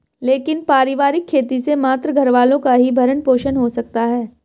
लेकिन पारिवारिक खेती से मात्र घरवालों का ही भरण पोषण हो सकता है